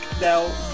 now